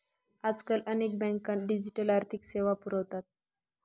आजकाल अनेक बँका डिजिटल आर्थिक सेवा पुरवतात